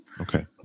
Okay